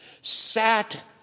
sat